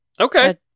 Okay